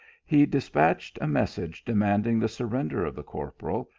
he despatched a message demanding the surrender of the corporal,